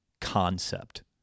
concept